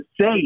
say